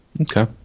Okay